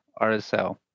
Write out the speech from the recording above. rsl